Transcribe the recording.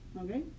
Okay